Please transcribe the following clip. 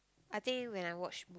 I think when I watch